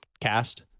cast